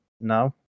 no